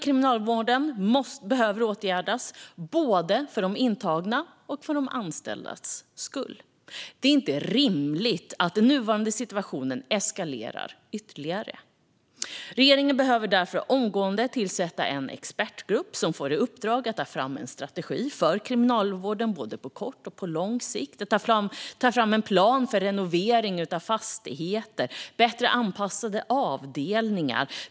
Kriminalvårdens problem behöver åtgärdas både för de intagnas och för de anställdas skull. Det är inte rimligt att den nuvarande situationen eskalerar ytterligare. Regeringen behöver därför omgående tillsätta en expertgrupp med uppdrag att ta fram en strategi för Kriminalvården både på kort och på lång sikt och en plan för renovering av fastigheter och bättre anpassade avdelningar.